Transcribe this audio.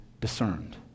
discerned